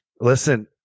Listen